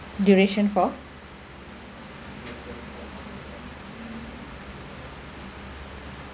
duration for